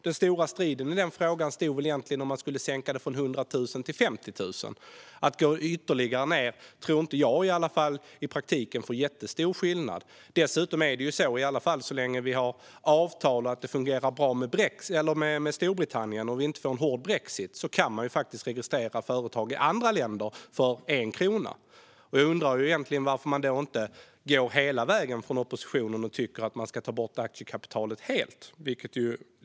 Den stora striden i den frågan gällde väl egentligen om man skulle sänka det från 100 000 till 50 000. Att sänka det ytterligare tror i alla fall inte jag gör jättestor skillnad i praktiken. Det är dessutom så, i alla fall så länge vi har avtal och det fungerar bra med Storbritannien och vi inte får en hård brexit, att man kan registrera företag i andra länder för 1 krona. Jag undrar varför man inte från oppositionens sida går hela vägen och tycker att aktiekapitalet ska tas bort helt.